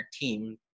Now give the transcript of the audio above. team